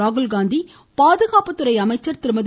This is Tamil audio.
ராகுல் காந்தி பாதுகாப்புத்துறை அமைச்சர் திருமதி